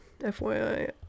FYI